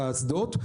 על האסדות,